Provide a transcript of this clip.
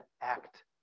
act